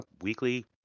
weekly